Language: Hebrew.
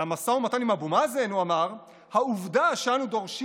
על המשא ומתן עם אבו מאזן הוא אמר: "העובדה שאנו דורשים